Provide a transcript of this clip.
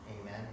Amen